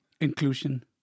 Inclusion